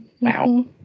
Wow